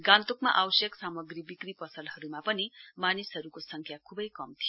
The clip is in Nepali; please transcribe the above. गान्तोकमा आवश्यक सामग्री बिक्री पसलहरूमा पनि मानिसहरूको संख्या खुबै कम थियो